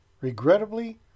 Regrettably